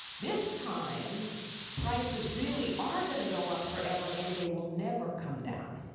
this time prices really are going to go up forever and they will never come down.